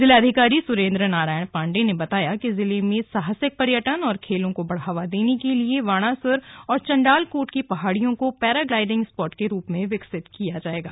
जिलाधिकारी सुरेंद्र नारायण पांडेय ने बताया कि जिले में साहसिक पर्यटन और खेलों को बढ़ावा देने के लिए वाणासुर और चंडालकोट की पहाड़ियों को पैराग्लाइडिंग स्पॉट के रूप में विकसित किया जाएगा